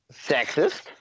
sexist